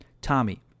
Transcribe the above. Tommy